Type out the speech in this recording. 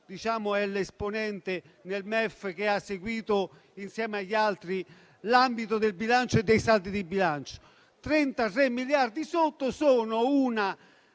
vista, è l'esponente del MEF che ha seguito, insieme agli altri, l'ambito del bilancio e dei saldi di bilancio. Trentatré miliardi in meno sono un